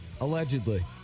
Allegedly